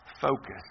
focus